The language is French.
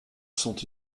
sont